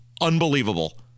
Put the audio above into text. unbelievable